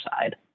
side